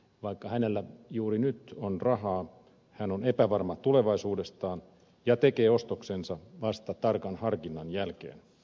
vaikka hänellä juuri nyt on rahaa hän on epävarma tulevaisuudestaan ja tekee ostoksensa vasta tarkan harkinnan jälkeen